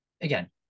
again